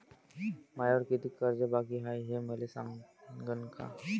मायावर कितीक कर्ज बाकी हाय, हे मले सांगान का?